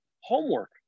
homework